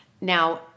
Now